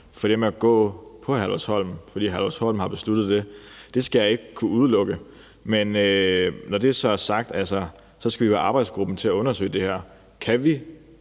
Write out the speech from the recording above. færre penge at gå på Herlufsholm, fordi Herlufsholm har besluttet det. Det skal jeg ikke kunne udelukke, men når det så er sagt, skal vi jo have arbejdsgruppen til undersøge det her. Kan vi